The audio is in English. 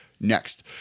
next